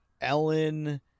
Ellen